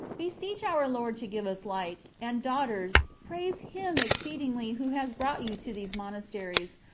beseech our lord to give us light and, daughters, praise him exceedingly who has brought you to these monasteries,